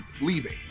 leaving